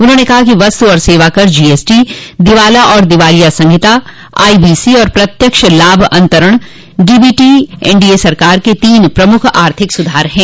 उन्होंने कहा कि वस्तु और सेवाकर जीएसटी दिवाला और दिवालिया संहिता आईबीसी और प्रत्यक्ष लाभ अंतरण डीबीटी एनडीए सरकार के तीन प्रमुख आर्थिक सुधार हैं